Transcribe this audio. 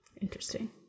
interesting